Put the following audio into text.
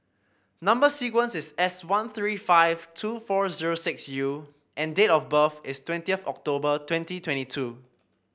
number sequence is S one three five two four zero six U and date of birth is twentieth of October twenty twenty two